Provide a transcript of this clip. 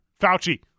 Fauci